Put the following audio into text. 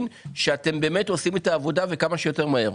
שאתם באמת עושים את העבודה וכמה שיותר מהר.